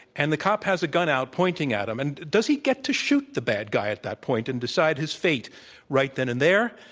and the cop has a gun out, pointing at him. and does he get to shoot the bad guy at that point and decide his fate right then and there?